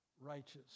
righteous